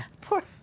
Poor